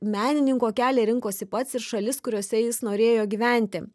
menininko kelią rinkosi pats ir šalis kuriose jis norėjo gyventi